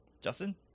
Justin